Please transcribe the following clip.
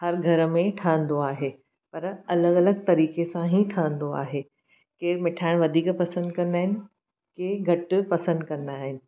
हर घर में ठहंदो आहे पर अलॻि अलॻि तरीक़े सां ई ठहंदो आहे केर मिठाण वधीक पसंदि कंदा आहिनि केर घटि पसंदि कंदा आहिनि